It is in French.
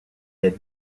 est